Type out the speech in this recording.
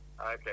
Okay